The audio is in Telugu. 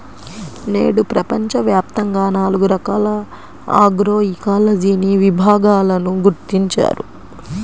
నేడు ప్రపంచవ్యాప్తంగా నాలుగు రకాల ఆగ్రోఇకాలజీని విభాగాలను గుర్తించారు